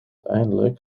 eindelijk